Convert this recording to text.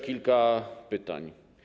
Kilka pytań.